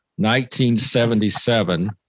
1977